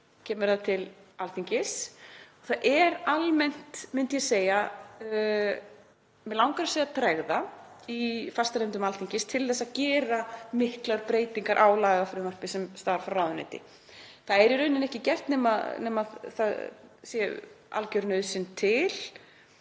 kemur það til Alþingis. Það er almennt, myndi ég segja, mig langar að segja tregða í fastanefndum Alþingis til að gera miklar breytingar á lagafrumvarpi sem kemur frá ráðuneyti. Það er í rauninni ekki gert nema að algjöra nauðsyn